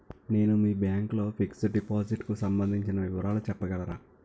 నేను మీ బ్యాంక్ లో ఫిక్సడ్ డెపోసిట్ కు సంబందించిన వివరాలు చెప్పగలరా?